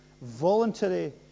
voluntary